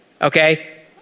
Okay